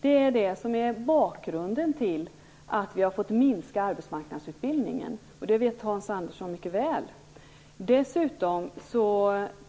Det är det som är bakgrunden till att arbetsmarknadsutbildningen har minskats. Det vet Hans Andersson mycket väl. Dessutom